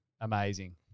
amazing